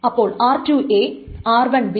അപ്പോൾ r2 r1 അങ്ങനെ അങ്ങനെ c1